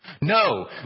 No